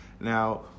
Now